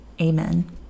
Amen